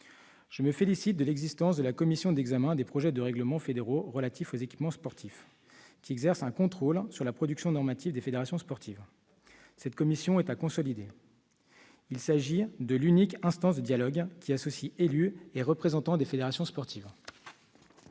Je me félicite de l'existence de la Commission d'examen des projets de règlements fédéraux relatifs aux équipements sportifs, qui exerce un contrôle sur la production normative des fédérations sportives. Cette commission est à consolider. Il s'agit de l'unique instance de dialogue associant élus et représentants des fédérations sportives.